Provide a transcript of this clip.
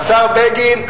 השר בגין,